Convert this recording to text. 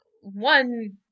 one